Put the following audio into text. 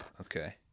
Okay